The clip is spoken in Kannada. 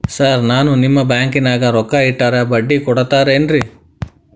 ಸರ್ ನಾನು ನಿಮ್ಮ ಬ್ಯಾಂಕನಾಗ ರೊಕ್ಕ ಇಟ್ಟರ ಬಡ್ಡಿ ಕೊಡತೇರೇನ್ರಿ?